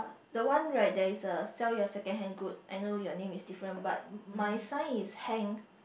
the one where there's a sell your secondhand goods I know your name is different but my sign is hanged